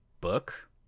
book